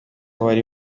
wari